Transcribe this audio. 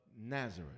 Nazareth